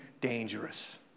dangerous